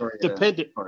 dependent